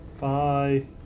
Bye